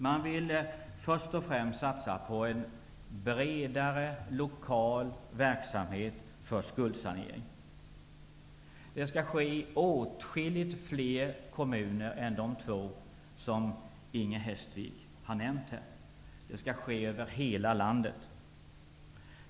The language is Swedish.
Man vill först och främst satsa på en bredare lokal verksamhet för skuldsanering. Det skall ske i åtskilligt fler kommuner än de två som Inger Hestvik här har nämnt; det skall ske över hela landet.